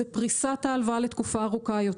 זה פריסת ההלוואה לתקופה ארוכה יותר.